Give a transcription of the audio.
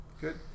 good